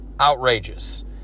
outrageous